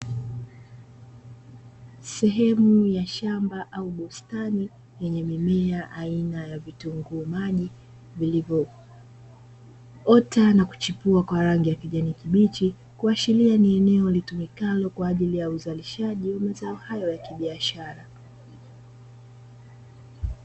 Sehemu ya shamba au bustani yenye mimea aina ya vitunguu maji vilivyoota na kuchipua kwa rangi ya kijani kibichi, kuashiria ni eneo litumikalo kwa ajili ya uzalishaji wa mazao hayo ya kibiashara.